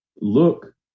look